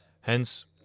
Hence